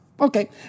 Okay